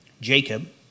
Jacob